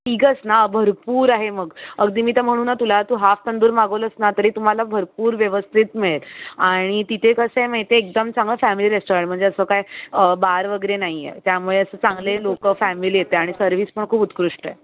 तिघंच ना भरपूर आहे मग अगदी मी तर म्हणू ना तुला तू हाफ तंदूर मागवलंस ना तरी तुम्हाला भरपूर व्यवस्थित मिळेल आणि तिथे कसं आहे माहिती आहे एकदम चांगलं फॅमिली रेस्टोरंट म्हणजे असं काय बार वगैरे नाहीये त्यामुळे असे चांगले लोकं फॅमिली येते आणि सर्विस पण खूप उत्कृष्ट आहे